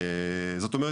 זאת אומרת,